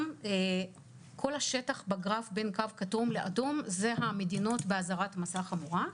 כל השטח בגרף בין קו כתום לאדום זה המדינות באזהרת מסע חמורה,